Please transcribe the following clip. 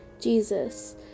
Jesus